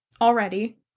already